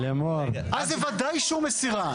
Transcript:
אז בוודאי אישור מסירה.